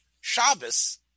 Shabbos